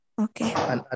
Okay